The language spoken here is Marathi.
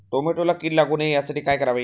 टोमॅटोला कीड लागू नये यासाठी काय करावे?